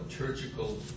liturgical